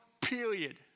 period